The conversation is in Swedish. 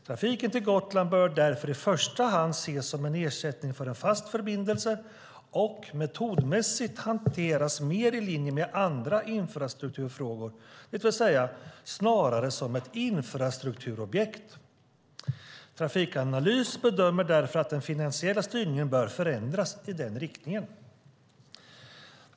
Trafiken till Gotland bör därför i första hand ses som en ersättning för en fast förbindelse och metodmässigt hanteras mer i linje med andra infrastrukturfrågor, det vill säga snarare som ett infrastrukturobjekt. Trafikanalys bedömer därför att den finansiella styrningen bör förändras i den riktningen.